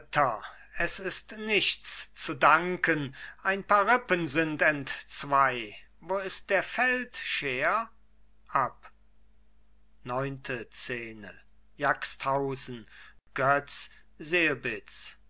es ist nichts zu danken ein paar rippen sind entzwei wo ist der feldscher ab götz selbitz